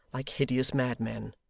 like hideous madmen.